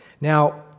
Now